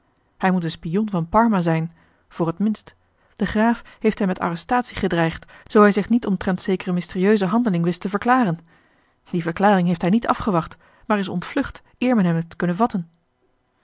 hij moet een spion van parma zijn voor het minst de graaf heeft hem met arrestatie gedreigd zoo hij zich niet omtrent zekere mysterieuse handeling wist te verklaren die verklaring heeft hij niet afgewacht maar is ontvlucht eer men hem heeft kunnen vatten